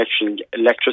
electricity